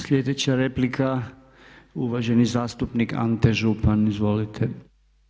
Sljedeća replika uvaženi zastupnik Ante Župan Izvolite.